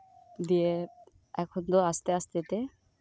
ᱫᱤᱭᱮ ᱮᱠᱷᱚᱱ ᱫᱚ ᱟᱥᱛᱮ ᱟᱥᱛᱮ ᱛᱮ